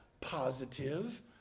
positive